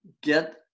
get